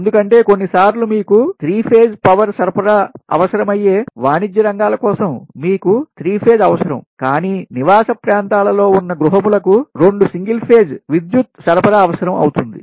ఎందుకంటే కొన్నిసార్లు మీకు 3 పేజ్ పవర్ సరఫరా అవసరమయ్యే వాణిజ్య రంగాల కోసం మీకు 3 పేజ్ అవసరం కాని నివాసప్రాంతాలలో ఉన్న గృహములకు 2 సింగిల్ ఫేజ్ విద్యుత్ సరఫరా అవసరము అవుతుంది